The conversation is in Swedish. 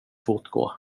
fortgå